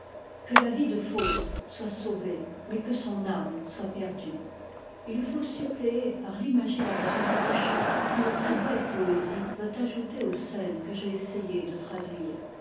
que la vie de faust soit sauvée mais que son âme soit perdue il faut suppléer par l'imagination au charme qu'une très behe poésie doit ajouter aux scènes que j'ai essayé de traduire